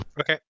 okay